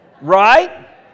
Right